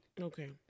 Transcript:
Okay